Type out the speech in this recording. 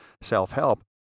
self-help